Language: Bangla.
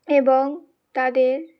এবং তাদের